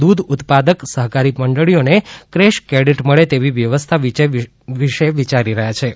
દૂધ ઉત્પાદક સહકારી મંડળીઓને કેશ ક્રેડિટ મળે તેવી વ્યવસ્થા વિશે વિયારી રહ્યા છીએ